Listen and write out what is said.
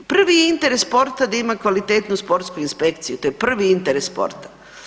Prvi je interes sporta da ima kvalitetnu sportsku inspekciju, to je prvi interes sporta.